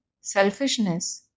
selfishness